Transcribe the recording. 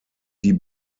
die